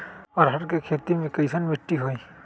अरहर के खेती मे कैसन मिट्टी होइ?